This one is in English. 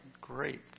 Great